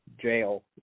jail